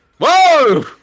Whoa